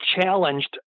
challenged